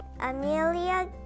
Amelia